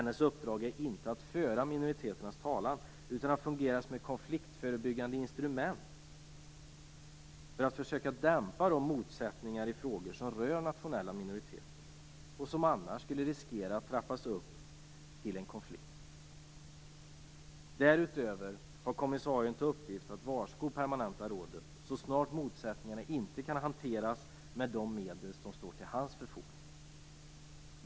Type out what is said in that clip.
Dennes uppdrag är inte att föra minoriteternas talan utan att fungera som ett konfliktförebyggande instrument för att försöka dämpa motsättningarna i frågor som rör nationella minoriteter och som annars skulle riskera att trappas upp till en konflikt. Därutöver har kommissarien till uppgift att varsko permanenta rådet så snart motsättningarna inte kan hanteras med de medel som står till hans förfogande.